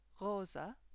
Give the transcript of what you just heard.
rosa